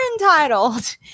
entitled